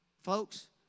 Folks